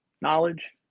knowledge